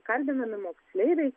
kalbinami moksleiviai